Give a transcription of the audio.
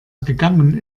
gegangen